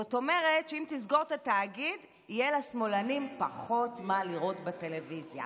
זאת אומרת שאם תסגור את התאגיד יהיה לשמאלנים פחות מה לראות בטלוויזיה